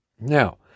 Now